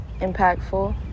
impactful